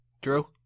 Drew